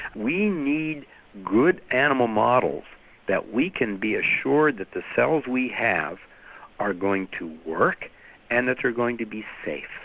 we need good animal models so that we can be assured that the cells we have are going to work and that are going to be safe.